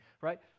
right